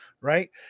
right